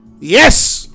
yes